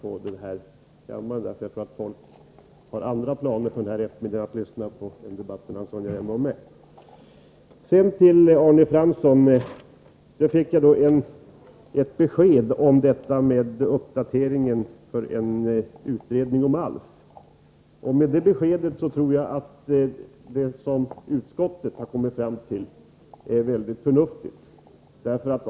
Ledamöterna torde ha andra planer för denna eftermiddag än att lyssna på en debatt mellan Sonja Rembo och mig. Av Arne Fransson fick jag ett besked om uppdateringen av ALF utredningen. Efter detta besked tror jag att det som utskottet har kommit fram till är väldigt förnuftigt.